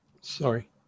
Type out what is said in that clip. sorry